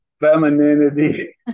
femininity